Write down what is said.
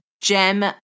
gem